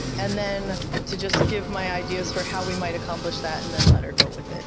and then to just give my ideas for how we might accomplish that and then let her go with